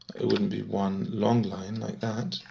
it wouldn't be one long line like that,